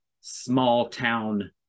small-town